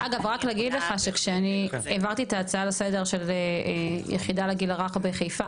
אבל רק להגיד לך שאני העברתי את ההצעה לסדר של יחידה לגיל הרך בחיפה,